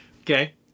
Okay